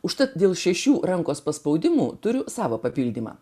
užtat dėl šešių rankos paspaudimų turi savo papildymą